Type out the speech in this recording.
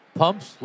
pumps